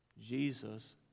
Jesus